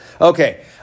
Okay